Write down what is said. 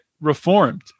reformed